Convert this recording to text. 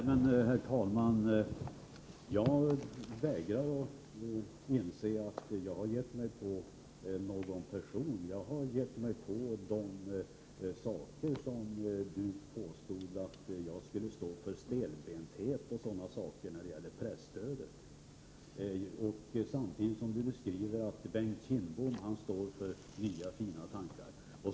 Herr talman! Jag vägrar att inse att jag har gett mig på någon person. Jag har gett mig på vad Hans Leghammar påstod att jag skulle stå för — stelbenthet osv. — när det gäller presstödet. Hans Leghammar beskriver hur Bengt Kindbom står för nya, fina tankar.